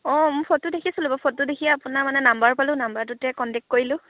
অঁ মই ফটো দেখিছিলোঁ বাৰু ফটো দেখিয়ে আপোনাৰ মানে নাম্বাৰ পালোঁ নাম্বাৰটোতে কণ্টেক্ট কৰিলোঁ